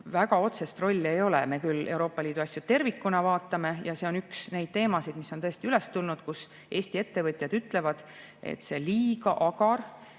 väga otsest rolli ei ole. Me küll Euroopa Liidu asju tervikuna vaatame, ja see on üks nendest teemadest, mis on tõesti üles tulnud – Eesti ettevõtjad ütlevad, et see liiga agar,